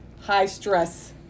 high-stress